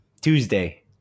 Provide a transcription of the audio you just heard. Tuesday